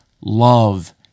love